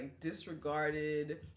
disregarded